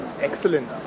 Excellent